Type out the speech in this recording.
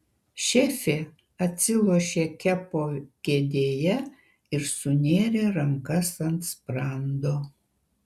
šefė atsilošė kepo kėdėje ir sunėrė rankas ant sprando